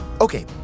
Okay